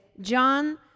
John